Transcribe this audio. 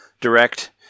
Direct